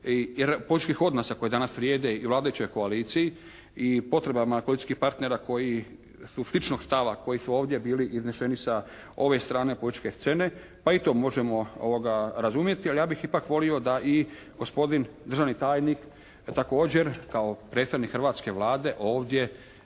i političkih odnosa koje danas vrijede i vladajućoj koaliciji i potrebama političkih partnera koji su sličnog stava, koji su ovdje bili izneseni sa ove strane političke scene, pa i to možemo razumjeti. Ali ja bih ipak volio da i gospodin državni tajnik također kao predstavnik hrvatske Vlade ovdje